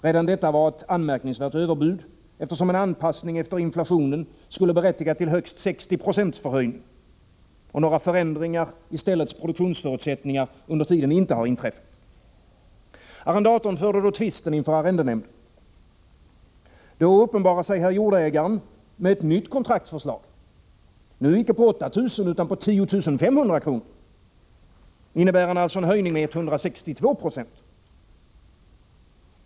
Redan detta var ett anmärkningsvärt överbud, eftersom en anpassning efter inflationen skulle ha berättigat till högst 60 26 förhöjning och några förändringar i produktionsförutsättningarna under tiden inte inträffat. Arrendatorn förde tvisten inför arrendenämnden. Då uppenbarar sig herr jordägaren med ett nytt kontraktsförslag, nu inte på 8 000 kr. utan på 10 500 kr., innebärande en höjning med 162 26.